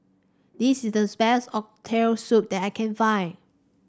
this is thus best Oxtail Soup that I can find